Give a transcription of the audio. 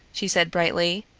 she said brightly.